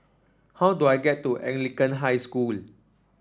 how do I get to Anglican High School